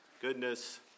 goodness